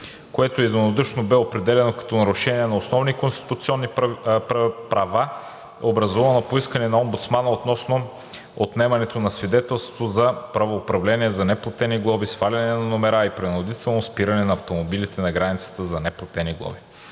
което единодушно бе определено като нарушение на основни конституционни права, образувано по искане на омбудсмана, относно отнемането на свидетелството за правоуправление за неплатени глоби, сваляне на номера и принудително спиране на автомобилите на границата за неплатени глоби.